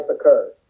occurs